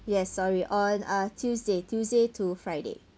yes sorry on uh tuesday tuesday to friday